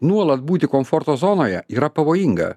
nuolat būti komforto zonoje yra pavojinga